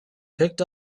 picked